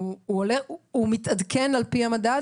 הוא מתעדכן על פי המדד?